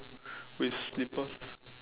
with slippers